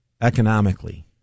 economically